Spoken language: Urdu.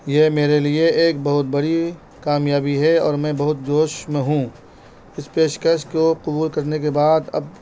یہ میرے لیے ایک بہت بڑی کامیابی ہے اور میں بہت جوش میں ہوں اس پیشکش کو قبول کرنے کے بعد اب